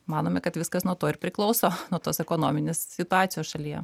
manome kad viskas nuo to ir priklauso nuo tos ekonominės situacijos šalyje